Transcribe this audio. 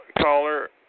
caller